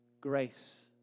grace